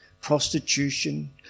prostitution